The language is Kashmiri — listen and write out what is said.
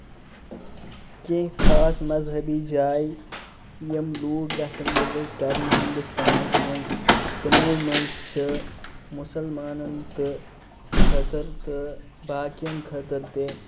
کیٚنٛہہ خاص مزہبی جایہِ یِم لُکھ گَژھَن وِزِٹ کَرنہِ ہِندوستانَس مَنٛز تِمو مَنٛز چھِ مَسَلمانَن تہٕ خٲطرٕ تہٕ باقٮ۪ن خٲطٕر تہِ